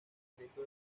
decreto